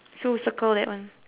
so we circle that one